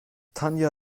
tanja